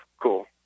Cool